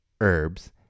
herbs